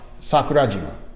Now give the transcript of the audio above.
Sakurajima